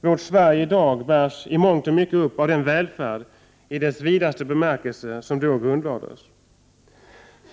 Vårt Sverige i dag bärs i mångt och mycket upp av den välfärd i dess vidaste bemärkelse som då grundlades.